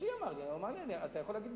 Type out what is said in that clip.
הנשיא אמר לי, הוא אמר לי, אתה יכול להגיד בשמי,